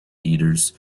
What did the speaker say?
eaters